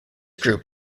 group